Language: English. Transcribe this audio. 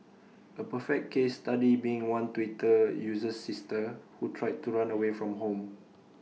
A perfect case study being one Twitter user's sister who tried to run away from home